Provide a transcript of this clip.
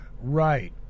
Right